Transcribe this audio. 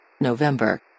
November